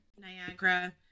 Niagara